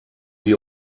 die